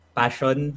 passion